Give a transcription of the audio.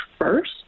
first